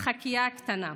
משחקייה קטנה.